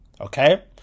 okay